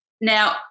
Now